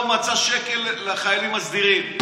לא מצא שקל לחיילים הסדירים.